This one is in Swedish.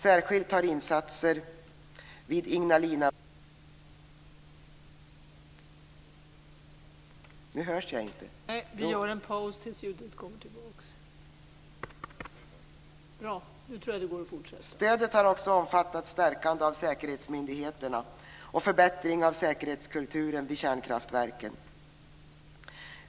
Särskilt har insatser vid Ignalinaverket i Litauen prioriterats. Stödet har också omfattat stärkande av säkerhetsmyndigheterna och förbättring av säkerhetskulturen vid kärnkraftverken.